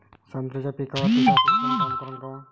संत्र्याच्या पिकावर तुषार सिंचन काम करन का?